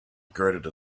regarded